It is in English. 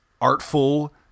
artful